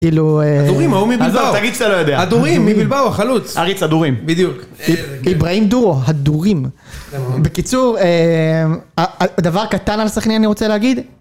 כאילו... הדורים, הוא מבלבאו. תגיד שאתה לא יודע. הדורים, מבלבאו, חלוץ. אריץ הדורים. בדיוק. אברהים דורו, הדורים. בקיצור, אנננ ה ה דבר קטן על סכנין אני רוצה להגיד.